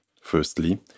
Firstly